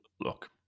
Look